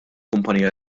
kumpanija